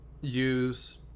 use